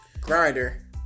Grinder